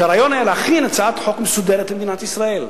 והרעיון היה להכין הצעת חוק מסודרת למדינת ישראל.